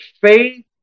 faith